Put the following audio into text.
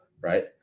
right